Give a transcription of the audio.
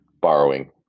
borrowing